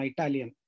Italian